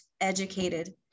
educated